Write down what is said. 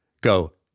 go